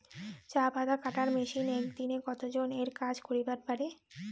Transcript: চা পাতা কাটার মেশিন এক দিনে কতজন এর কাজ করিবার পারে?